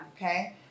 okay